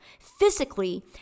physically